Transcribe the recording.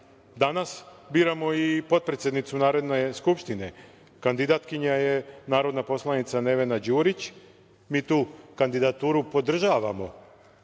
"za".Danas biramo i potpredsednicu Narodne skupštine. Kandidatkinja je narodna poslanica Nevena Đurić. Mi tu kandidaturu podržavamo